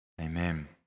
Amen